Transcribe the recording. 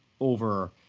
over